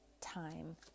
time